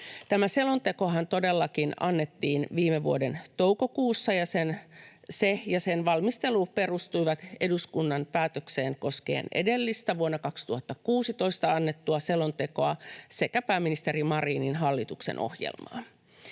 Tämä selontekohan todellakin annettiin viime vuoden toukokuussa, ja se ja sen valmistelu perustuivat eduskunnan päätökseen koskien edellistä, vuonna 2016 annettua selontekoa sekä pääministeri Marinin hallituksen ohjelmaan.